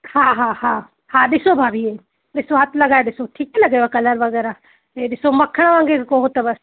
हा हा हा हा ॾिसो भाभी इहा ॾिसो हथु लॻाए ॾिसो ठीकु थो लॻेव कलर वग़ैरह इहा ॾिसो मखणु वांगुरु उहो अथव